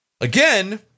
again